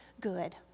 good